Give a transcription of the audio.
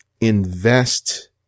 invest